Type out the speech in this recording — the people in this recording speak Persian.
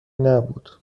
نبود